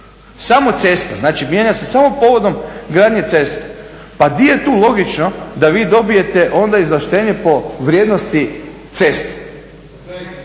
samo cesta, znači mijenja se samo povodom gradnje cesta, pa gdje je tu logično da vi dobijete onda izvlaštenje po vrijednosti ceste.